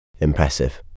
Impressive